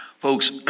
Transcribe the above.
Folks